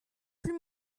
plus